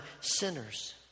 sinners